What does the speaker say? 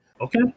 Okay